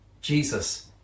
Jesus